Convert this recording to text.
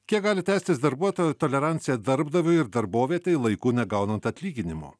kiek gali tęstis darbuotojo tolerancija darbdaviui ir darbovietei laiku negaunant atlyginimo